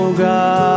god